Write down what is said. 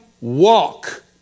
walk